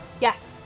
Yes